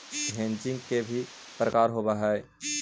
Hedging के भी प्रकार होवअ हई का?